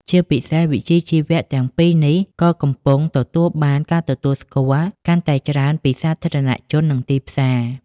ជាពិសេស វិជ្ជាជីវៈទាំងពីរនេះក៏កំពុងទទួលបាន ការទទួលស្គាល់ កាន់តែច្រើនពីសាធារណជន និងទីផ្សារ។